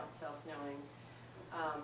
self-knowing